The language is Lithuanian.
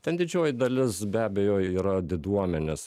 tad didžioji dalis be abejo yra diduomenės